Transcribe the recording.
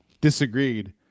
disagreed